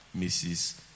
Mrs